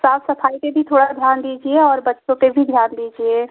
साफ़ सफ़ाई पे भी थोड़ा ध्यान दीजिए और बच्चों पे भी ध्यान दीजिए